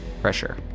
pressure